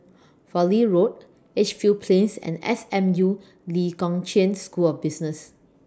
Fowlie Road Edgefield Plains and S M U Lee Kong Chian School of Business